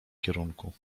kierunku